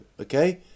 okay